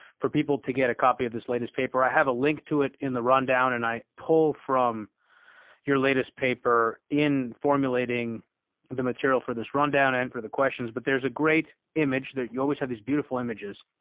for people to get a copy of this latest paper, i have a link to it in the rundown and i pull from your latest paper in formulating the material for this rundown and for the questions. but there's a great image, you always have these beautiful images.